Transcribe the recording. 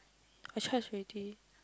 I charge already